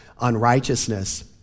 unrighteousness